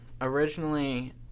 originally